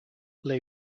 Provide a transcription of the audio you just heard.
les